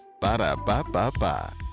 Ba-da-ba-ba-ba